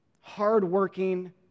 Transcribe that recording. hardworking